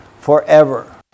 forever